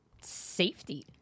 safety